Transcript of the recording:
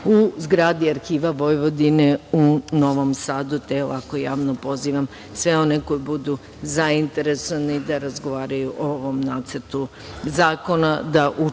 u zgradi Arhiva Vojvodine, u Novom Sadu, te ovako javno pozivam sve one koji budu zainteresovani da razgovaraju o ovom nacrtu zakona,